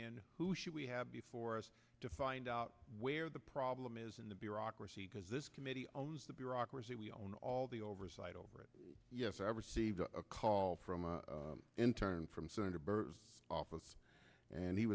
in who should we have before us to find out where the problem is in the bureaucracy because this committee allows the bureaucracy we own all the oversight over it yes i received a call from a intern from senator byrd office and he